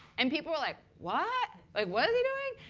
and people were like, what? ah what is he doing?